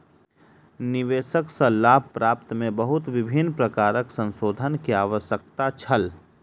निवेश सॅ लाभ प्राप्ति में बहुत विभिन्न प्रकारक संशोधन के आवश्यकता छल